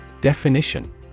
Definition